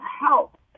help